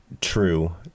true